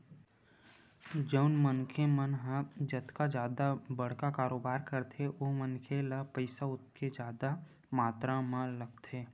जउन मनखे मन ह जतका जादा बड़का कारोबार करथे ओ मनखे ल पइसा ओतके जादा मातरा म लगथे